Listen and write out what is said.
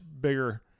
bigger